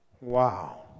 Wow